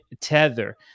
Tether